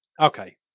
okay